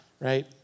right